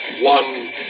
one